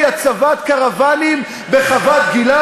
היו נמצאות בחקירת שב"כ בלבד.